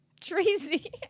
Tracy